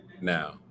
now